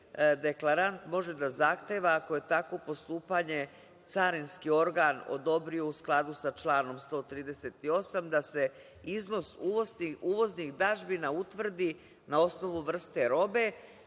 deklarant može da zahteva, ako je tako postupanje carinski organ odobrio u skladu sa članom 138, da se iznos uvoznih dažbina utvrdi na osnovu vrste robe,